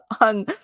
on